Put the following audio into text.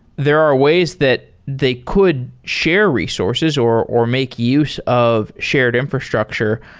there are ways that they could share resources or or make use of shared infrastructure.